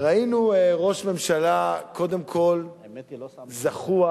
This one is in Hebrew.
ראינו ראש ממשלה, קודם כול זחוח.